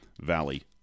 Valley